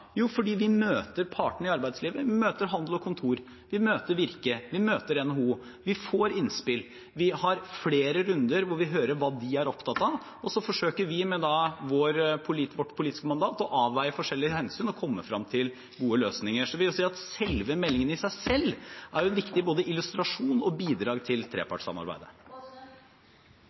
Jo, fordi vi møter partene i arbeidslivet – vi møter Handel og Kontor, vi møter Virke, vi møter NHO, vi får innspill. Vi har flere runder hvor vi hører hva de er opptatt av, og så forsøker vi med vårt politiske mandat å avveie forskjellige hensyn og komme frem til gode løsninger. Så jeg vil si at selve meldingen i seg selv er både en viktig illustrasjon og et viktig bidrag til trepartssamarbeidet.